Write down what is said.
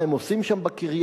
מה הם עושים שם בקריה?